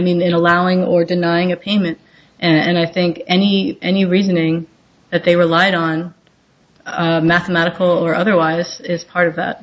mean in allowing or denying a payment and i think any any reasoning that they rely on mathematical or otherwise is part of that